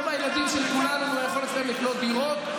לא מהילדים של כולנו ומהיכולת שלהם לקנות דירות,